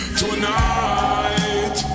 tonight